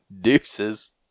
Deuces